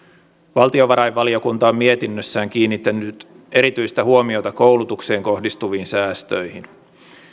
valtiovarainvaliokunta on mietinnössään kiinnittänyt erityistä huomiota koulutukseen kohdistuviin säästöihin